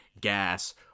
gas